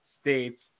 States